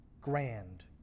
grand